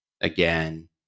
again